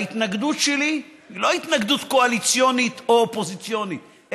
ההתנגדות שלי היא לא התנגדות קואליציונית או אופוזיציונית,